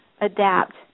adapt